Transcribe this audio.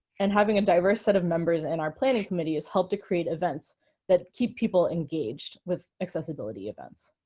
and having a diverse set of members in our planning committee has helped to create events that keep people engaged with accessibility events.